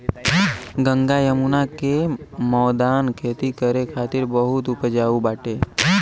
गंगा जमुना के मौदान खेती करे खातिर बहुते उपजाऊ बाटे